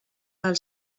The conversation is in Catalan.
del